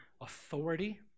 authority